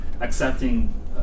accepting